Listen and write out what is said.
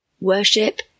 Worship